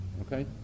Okay